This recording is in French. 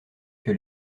que